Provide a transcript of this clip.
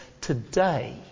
today